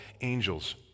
angels